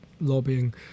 lobbying